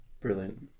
Brilliant